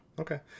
Okay